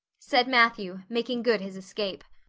said matthew, making good his escape.